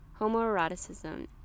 homoeroticism